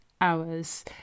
hours